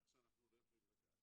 כך שאנחנו לא יכולים לדעת.